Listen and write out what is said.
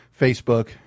Facebook